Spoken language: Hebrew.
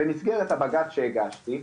במסגרת הבג"ץ שהגשתי,